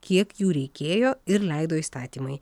kiek jų reikėjo ir leido įstatymai